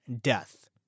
death